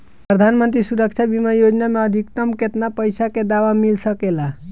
प्रधानमंत्री सुरक्षा बीमा योजना मे अधिक्तम केतना पइसा के दवा मिल सके ला?